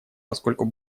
поскольку